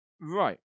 Right